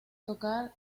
tocar